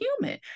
human